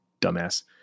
dumbass